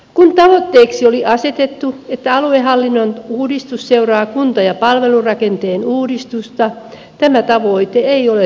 kun tavoitteeksi oli asetettu että aluehallinnon uudistus seuraa kunta ja palvelurakenteen uudistusta tämä tavoite ei ole toteutunut